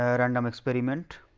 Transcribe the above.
random experiment.